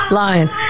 lying